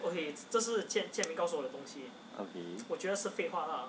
okay